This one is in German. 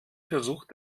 versucht